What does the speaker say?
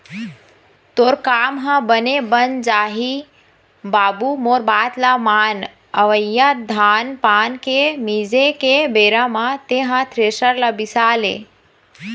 तोर काम ह बने बन जाही बाबू मोर बात ल मान अवइया धान पान के मिंजे के बेरा म तेंहा थेरेसर ल बिसा ले